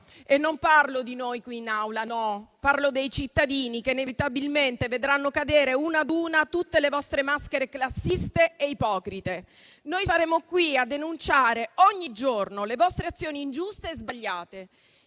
E non parlo di noi qui in Aula, no. Parlo dei cittadini, che inevitabilmente vedranno cadere, una ad una, tutte le vostre maschere classiste e ipocrite. Noi saremo qui a denunciare ogni giorno le vostre azioni ingiuste e sbagliate.